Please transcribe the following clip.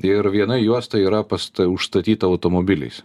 ir viena juosta yra pasta užstatyta automobiliais